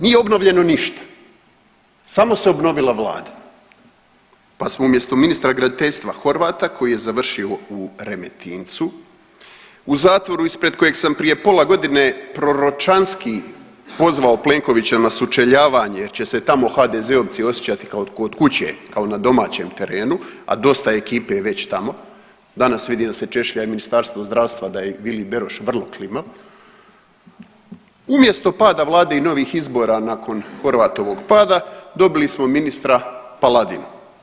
Nije obnovljeno ništa, samo se obnovila vlada, pa smo umjesto ministra graditeljstva Horvata koji je završio u Remetincu u zatvoru ispred kojeg sam prije pola godine proročanski pozvao Plenkovića na sučeljavanje jer će se tamo HDZ-ovci osjećati kao kod kuće, kao na domaćem terenu, a dosta ekipe je već tamo, danas vidim da se češlja i Ministarstvo zdravstva da je Vili Beroš vrlo klimav, umjesto pada vlade i novih izbora nakon Horvatovog pada dobili smo ministra Paladina.